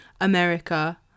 america